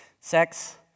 Sex